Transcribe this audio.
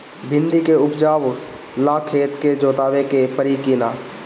भिंदी के उपजाव ला खेत के जोतावे के परी कि ना?